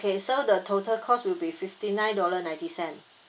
okay so the total cost will be fifty nine dollar ninety cent